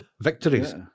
victories